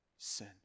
Sin